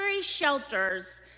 shelters